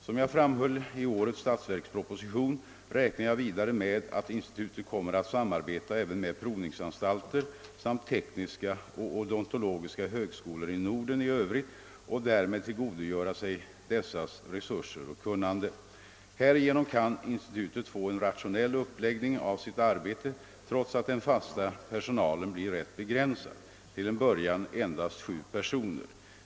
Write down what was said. Som jag framhöll i årets statsverksproposition räknar jag vidare med att institutet kommer att samarbeta även med provningsanstalter samt tekniska och odontologiska högskolor i Norden i övrigt och därmed tillgodogöra sig dessas resurser och kunnande. Härigenom kan institutet få en rationell uppläggning av sitt arbete trots att den fasta personalen blir rätt begränsad — till en början endast sju personer.